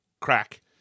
crack